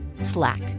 Slack